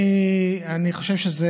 אני חושב שזה